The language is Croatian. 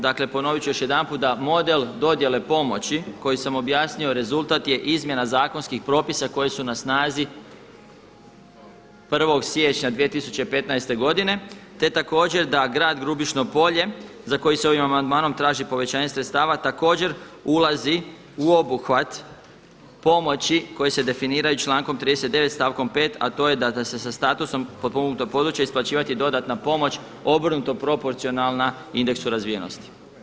Dakle, ponovit ću još jedanput da model dodjele pomoći koji sam objasnio, rezultat je izmjena zakonskih propisa koji su na snazi 1. siječnja 2015. godine te također da grad Grubišno polje za koji se ovim amandmanom traži povećanje sredstava također ulazi u obuhvat pomoći koje se definiraju člankom 39. stavkom 5., a to je da se sa statusom potpomognuto područje isplaćivati dodatna pomoć obrnuto proporcionalna indeksu razvijenosti.